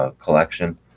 collection